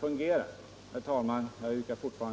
Fredagen den